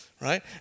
Right